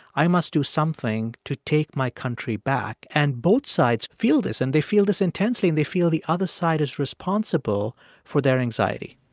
i must do something to take my country back. and both sides feel this, and they feel this intensely. and they feel the other side is responsible for their anxiety